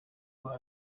nyawo